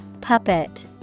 Puppet